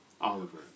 Oliver